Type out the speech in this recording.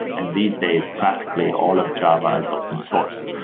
and these days, practically, all of java is open source.